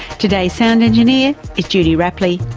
today's sound engineer is judy rapley.